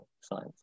science